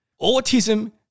Autism